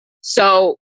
So-